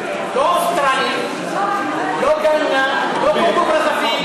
לא האוסטרלים, לא גאנה, לא קונגו-ברזוויל.